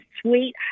sweet